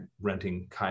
renting